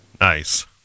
Nice